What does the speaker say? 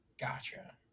Gotcha